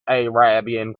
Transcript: arabian